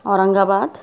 Aurangabad